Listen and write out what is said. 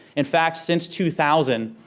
in fact, since two thousand,